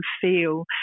feel